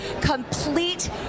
complete